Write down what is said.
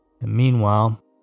Meanwhile